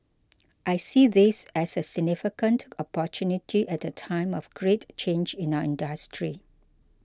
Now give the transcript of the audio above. I see this as a significant opportunity at a time of great change in our industry